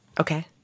Okay